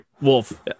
Wolf